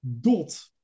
DOT